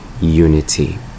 unity